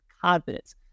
confidence